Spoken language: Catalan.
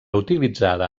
utilitzada